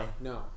No